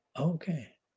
Okay